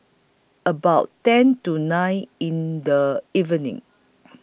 about ten to nine in The evening